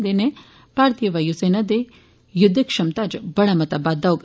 एदे नै भारतीय वायु सेना दी युद्धक क्षमता च बड़ा मता बाद्दा होग